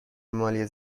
مالی